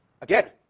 Again